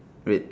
red